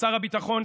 שר הביטחון,